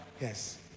Yes